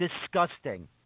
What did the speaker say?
disgusting